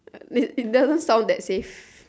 may it doesn't sound that safe